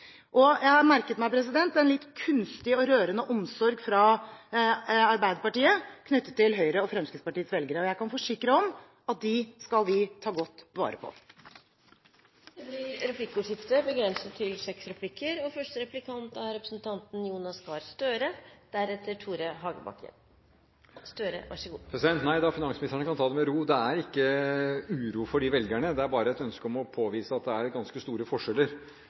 gjøre. Jeg har merket meg en litt kunstig og rørende omsorg fra Arbeiderpartiet knyttet til Høyre og Fremskrittspartiets velgere. Jeg kan forsikre om at dem skal vi ta godt vare på. Det blir replikkordskifte. Nei da, finansministeren kan ta det med ro: Det er ikke uro for de velgerne – det er bare et ønske om å påvise at det er ganske store forskjeller.